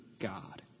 God